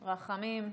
רחמים,